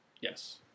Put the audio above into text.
Yes